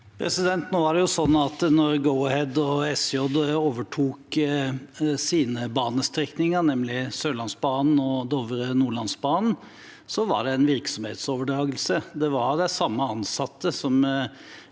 da Go-Ahead og SJ overtok sine banestrekninger, nemlig Sørlandsbanen, Dovrebanen og Nordlandsbanen, var det en virksomhetsoverdragelse. Det var de samme ansatte som